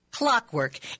Clockwork